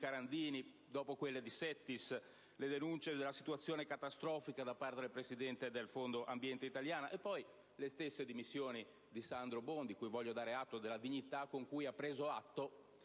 Carandini, dopo quelle di Settis; le denunce della «situazione catastrofica» fatte dal presidente del Fondo ambiente italiano; le stesse dimissioni di Sandro Bondi, al quale voglio riconoscere la dignità con cui ha preso atto